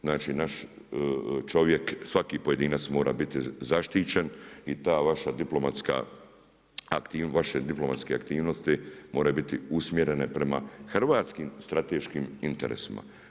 Znači naš čovjek, svaki pojedinac mora biti zaštićen i ta vaša diplomatska aktivnost, vaše diplomatske aktivnosti moraju biti usmjerene prema hrvatskim strateškim interesima.